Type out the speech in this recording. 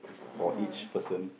for each person